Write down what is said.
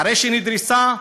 אחרי שנדרסה,